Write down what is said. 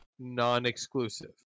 Non-exclusive